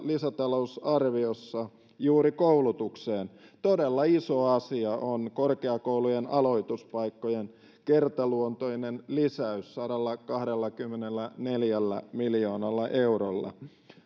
lisätalousarviossa juuri koulutukseen todella iso asia on korkeakoulujen aloituspaikkojen kertaluontoinen lisäys sadallakahdellakymmenelläneljällä miljoonalla eurolla